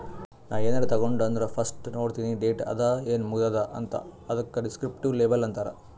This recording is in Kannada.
ನಾ ಏನಾರೇ ತಗೊಂಡ್ ಅಂದುರ್ ಫಸ್ಟ್ ನೋಡ್ತೀನಿ ಡೇಟ್ ಅದ ಏನ್ ಮುಗದೂದ ಅಂತ್, ಅದುಕ ದಿಸ್ಕ್ರಿಪ್ಟಿವ್ ಲೇಬಲ್ ಅಂತಾರ್